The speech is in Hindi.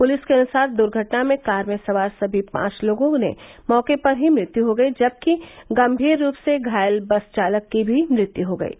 पुलिस के अनुसार दुर्घटना में कार में सवार सभी पांच लोगों ने मौके पर ही मृत्यु हो गयी जबकि गंभीर रूप से घायल बस चालक की भी मृत्यु हो गयी